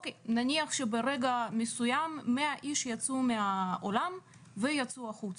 נניח שברגע מסוים 100 איש יצאו מהאולם ויצאו החוצה,